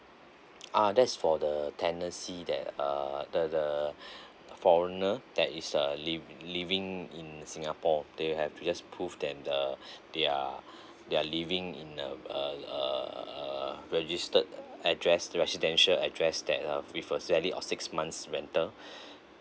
uh that's for the tennessee there uh the the foreigner that is a living living in singapore they have years prove then the they are they are living in a registered address the residential address that up with a sally or six months rental